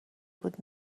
بود